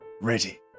ready